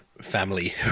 family